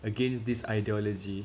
against this ideology